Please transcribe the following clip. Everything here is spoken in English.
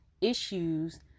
issues